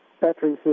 battery